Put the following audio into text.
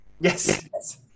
Yes